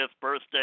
birthday